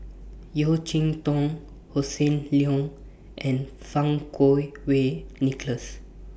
Yeo Cheow Tong Hossan Leong and Fang Kuo Wei Nicholas